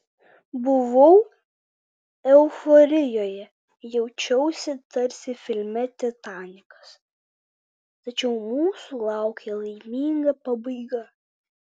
buvau euforijoje jaučiausi tarsi filme titanikas tačiau mūsų laukė laiminga pabaiga